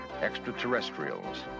extraterrestrials